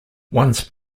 once